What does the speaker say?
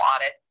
audit